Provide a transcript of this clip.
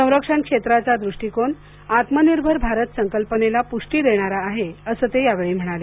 संरक्षण क्षेत्राचा दृष्टीकोन आत्मनिर्भर भारत संकल्पनेला पुष्टी देणारा आहे असं ते यावेळी म्हणाले